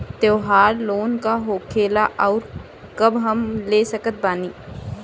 त्योहार लोन का होखेला आउर कब हम ले सकत बानी?